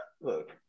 look